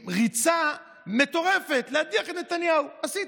בכשרות הממלכתית ובגיור הממלכתי הוא ציוני?